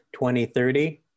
2030